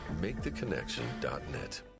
MakeTheConnection.net